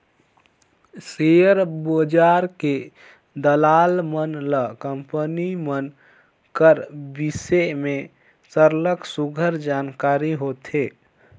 share बजार के दलाल मन ल कंपनी मन कर बिसे में सरलग सुग्घर जानकारी होथे